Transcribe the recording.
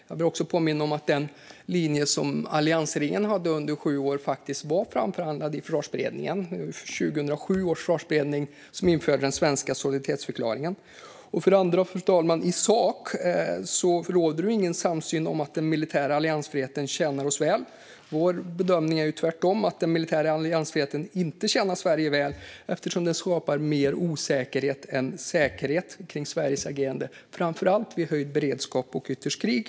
Jag vill också påminna om att den linje som alliansregeringen hade under sju år faktiskt var framförhandlad i Försvarsberedningen. Det var 2007 års försvarsberedning som införde den svenska solidaritetsförklaringen. För det andra, fru talman, råder det i sak ingen samsyn om att den militära alliansfriheten tjänar oss väl. Vår bedömning är tvärtom att den militära alliansfriheten inte tjänar Sverige väl, eftersom den skapar mer osäkerhet än säkerhet kring Sveriges agerande, framför allt vid höjd beredskap och ytterst krig.